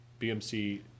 BMC